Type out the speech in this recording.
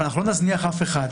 אבל אנחנו לא נזניח אף אחד.